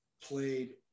played